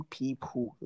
people